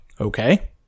Okay